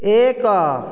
ଏକ